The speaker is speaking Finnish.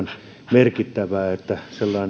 merkittävää että